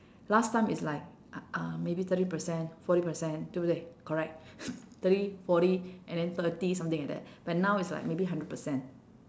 last time is like uh uh maybe thirty percent forty percent 对不对 correct thirty forty and then thirty something like that but now is like maybe hundred percent